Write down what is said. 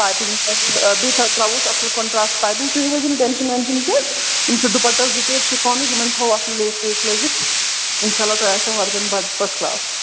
piping بیٚیہِ ترٛاووس اَصٕل کانٹرٛاسٹ پایپِنٛگ تُہۍ ہَیزیو نہٕ ٹٮ۪نشَن وٮ۪نشَن کیٚنٛہہ یِم چھِ ڈُپَٹا زٕ ژور شِفانٕکۍ یِمَن تھاوَو اَتھ لیس ویس لٲگِتھ اِنشاء اللہ تۄہہِ آسیو تۄہہِ وَردَن بَڑٕ فٔسٹ کٕلاس